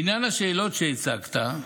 לעניין השאלות שהצגת,